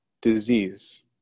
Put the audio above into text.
disease